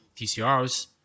TCRs